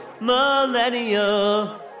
millennial